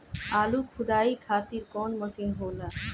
आलू खुदाई खातिर कवन मशीन होला?